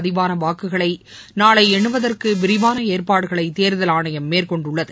பதிவானவாக்குகளைநாளைஎண்ணுவதற்குவிரிவானஏற்பாடுகளைதேர்தல் ஆணையம் மேற்கொண்டுள்ளது